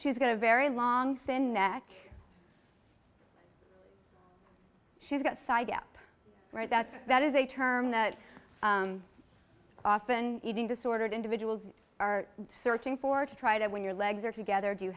she's got a very long thin neck she's got side gap right that's that is a term that often eating disordered individuals are searching for to try to win your legs are together do you